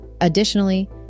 Additionally